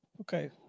okay